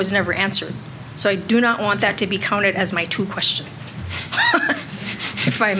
was never answered so i do not want that to be counted as my two questions if i